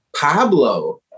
Pablo